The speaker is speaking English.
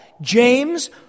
James